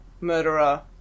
murderer